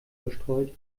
bestreut